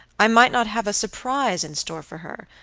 i might not have a surprise in store for her,